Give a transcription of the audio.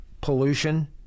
pollution